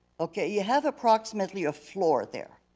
okay you have approximately a floor there,